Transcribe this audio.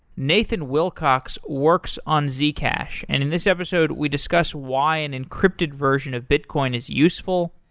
nathan wilcox works on zcash, and in this episode we discussed why an encrypted version of bitcoin is useful,